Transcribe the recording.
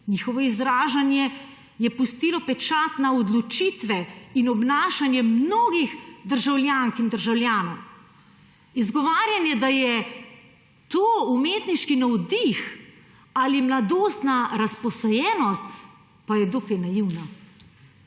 Njihovo izražanje je pustilo pečat na odločitve in obnašanje mnogih državljank in državljanov. Izgovarjanje, da je to umetniški navdih ali mladostna razposajenost, pa je dokaj naivno.